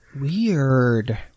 Weird